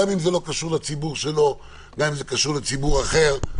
גם אם הם לא קשורים לציבור שלו אלא לציבור אחר.